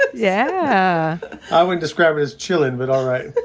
yeah i wouldn't describe it as chillin', but alright.